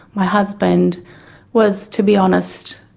my husband was, to be honest,